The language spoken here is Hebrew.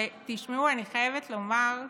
ותשמעו, אני חייבת לומר,